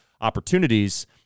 opportunities